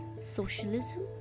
socialism